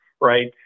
right